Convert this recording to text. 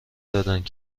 دادند